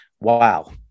wow